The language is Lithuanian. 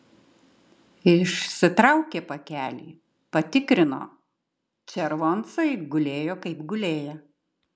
išsitraukė pakelį patikrino červoncai gulėjo kaip gulėję